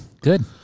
good